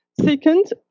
Second